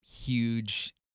Huge